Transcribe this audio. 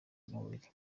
mubiri